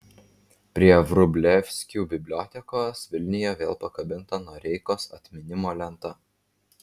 prie vrublevskių bibliotekos vilniuje vėl pakabinta noreikos atminimo lenta